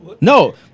No